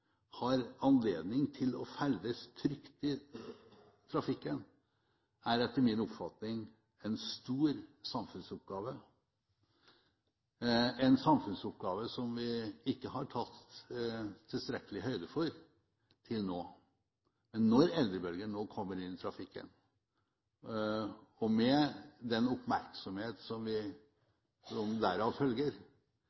har anledning til å ferdes trygt i trafikken, er etter min oppfatning en stor samfunnsoppgave, en samfunnsoppgave som vi ikke har tatt tilstrekkelig høyde for til nå, når eldrebølgen nå kommer inn i trafikken. Med den oppmerksomhet som derav følger, vil vi